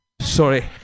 Sorry